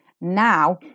now